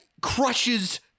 crushes